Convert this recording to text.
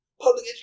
Public